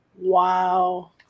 Wow